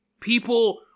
People